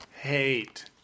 Hate